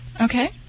Okay